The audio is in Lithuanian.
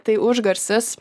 tai užgarsis